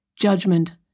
judgment